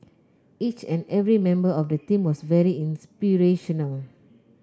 each and every member of the team was very inspirational